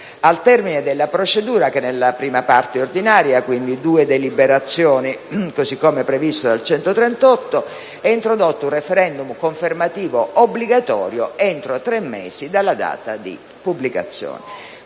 Al termine della procedura, che nella prima parte (ordinaria) richiede due deliberazioni, così come previsto dall'articolo 138, è introdotto un *referendum* confermativo obbligatorio entro tre mesi dalla data di pubblicazione